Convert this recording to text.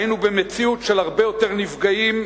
היינו במציאות של הרבה יותר נפגעים,